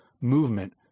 movement